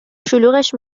شلوغش